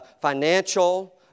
financial